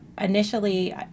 Initially